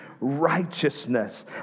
righteousness